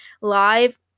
live